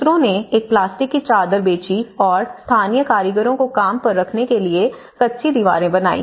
दूसरों ने एक प्लास्टिक की चादर बेची और स्थानीय कारीगरों को काम पर रखने के लिए कच्ची दीवारें बनाईं